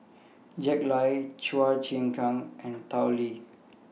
Jack Lai Chua Chim Kang and Tao Li